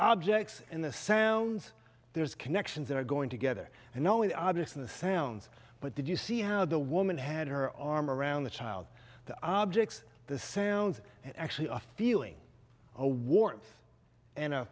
objects in the sounds there's connections that are going together and knowing the objects in the sounds but did you see how the woman had her arm around the child the objects the sounds and actually a feeling a warmth and a